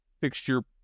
fixture